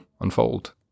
unfold